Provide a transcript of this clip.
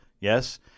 Yes